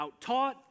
outtaught